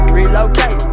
relocate